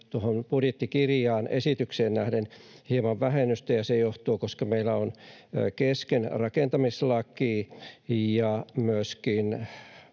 budjettikirjaan, esitykseen, nähden hieman vähennystä, ja se johtuu siitä, että meillä on kesken rakentamislaki ja myöskin